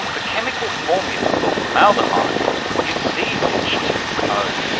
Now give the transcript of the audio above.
the chemical formula for formaldehyde is c h two o.